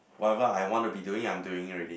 whatever I want to be doing I'm doing it already